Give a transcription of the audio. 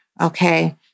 Okay